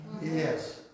Yes